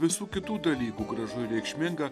visų kitų dalykų gražu ir reikšminga